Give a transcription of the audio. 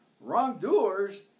Wrongdoers